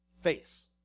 face